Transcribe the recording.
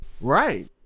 Right